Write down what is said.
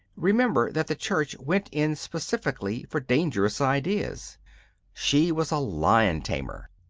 remember that the church went in specifically for dangerous ideas she was a lion tamer.